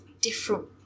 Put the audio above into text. different